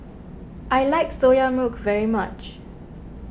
I like Soya Milk very much